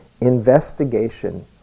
Investigation